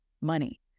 money